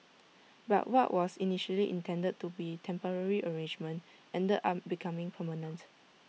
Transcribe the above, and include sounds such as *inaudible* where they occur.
*noise* but what was initially intended to be temporary arrangement ended up becoming permanent